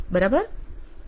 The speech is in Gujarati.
બરાબર